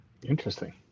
Interesting